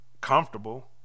Comfortable